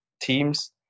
teams